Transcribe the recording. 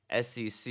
SEC